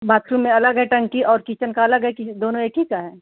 bathroom में अलग है टंकी और किचन की अलग कि जे दोनों एक ही का है